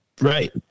right